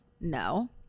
no